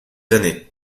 années